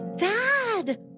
Dad